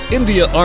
India